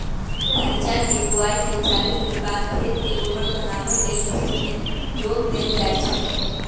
धइचा के बोआइके चालीस दिनबाद खेत के उर्वर बनावे लेल खेत में जोत देल जइछइ